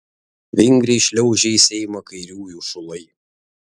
vingriai šliaužia į seimą kairiųjų šulai